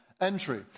entry